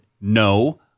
No